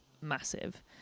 massive